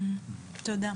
תודה.